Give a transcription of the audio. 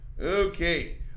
Okay